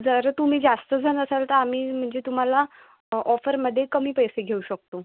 जर तुम्ही जास्त जण असाल तर आम्ही म्हणजे तुम्हाला ऑफरमध्ये कमी पैसे घेऊ शकतो